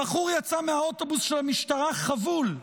הבחור יצא מהאוטובוס של המשטרה חבול.